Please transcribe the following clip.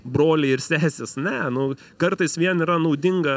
broliai ir sesės ne nu kartais vien yra naudinga